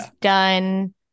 done